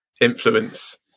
influence